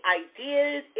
ideas